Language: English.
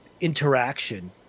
interaction